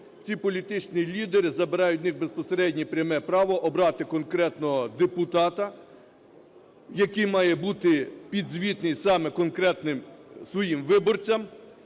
ці політичні лідери забирають у них безпосереднє, пряме право обрати конкретно депутата, який має бути підзвітний саме конкретним, своїм виборцям,